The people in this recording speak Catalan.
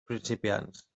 principiants